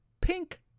Pink